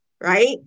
right